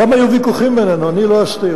שם היו ויכוחים בינינו, אני לא אסתיר,